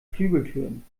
flügeltüren